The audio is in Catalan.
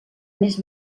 més